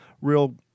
real